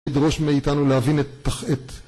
מי ידרוש מאיתנו להבין את